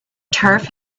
turf